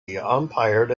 umpired